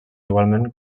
igualment